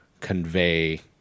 Convey